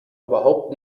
überhaupt